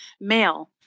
male